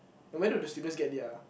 and where do the students get their